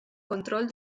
control